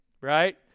right